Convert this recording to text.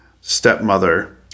stepmother